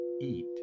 eat